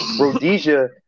Rhodesia